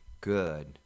good